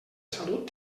salut